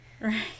Right